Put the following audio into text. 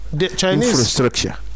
infrastructure